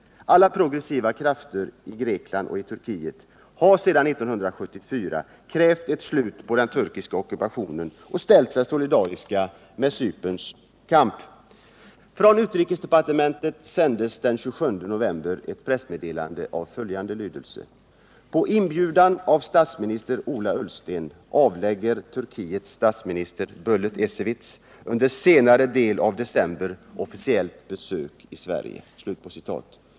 Alla progressiva krafter i Grekland och i Turkiet har sedan 1974 krävt ett slut på den turkiska ockupationen och ställt sig solidariska med Cyperns kamp. Från utrikesdepartementet sändes den 27 november ett pressmeddelande av följande lydelse: ”På inbjudan av statsminister Ola Ullsten avlägger Turkiets statsminister Bälent Ecevit under senare delen av december officiellt besök i Sverige”.